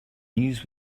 news